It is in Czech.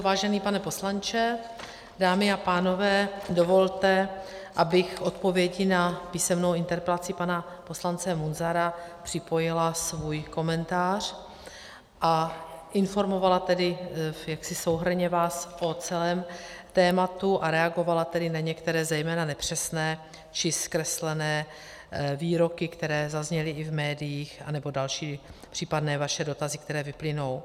Vážený pane poslanče, dámy a pánové, dovolte, abych k odpovědi na písemnou interpelaci pana poslance Munzara připojila svůj komentář a informovala tedy jaksi souhrnně vás o celém tématu a reagovala tedy na některé zejména nepřesné či zkreslené výroky, které zazněly v médiích, anebo případné vaše dotazy, které vyplynou.